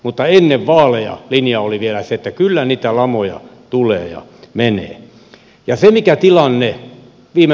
mutta ennen vaaleja linja oli vielä se että kyllä niitä lamoja tulee ja menee